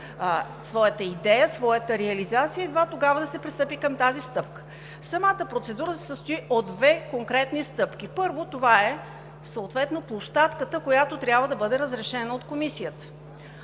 своята идея, своята реализация и едва тогава да се пристъпи към тази стъпка. Самата процедура се състои от две конкретни стъпки. Първо, това е съответно площадката, която трябва да бъде разрешена от Комисията.